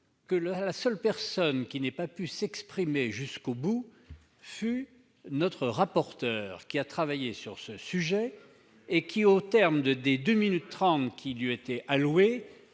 que la seule personne qui n'ait pas pu s'exprimer jusqu'au bout fût notre rapporteur, qui a travaillé sur ce sujet et qui, au terme des deux minutes trente qui lui étaient allouées,